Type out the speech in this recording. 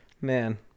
Man